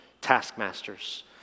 taskmasters